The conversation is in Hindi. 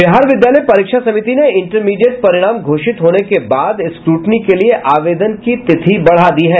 बिहार विद्यालय परीक्षा समिति ने इंटरमीडिएट परिणाम घोषित होने के बाद स्क्रूटनी के लिए आवेदन की तिथि बढ़ा दी है